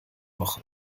woche